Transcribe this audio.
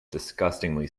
disgustingly